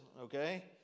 okay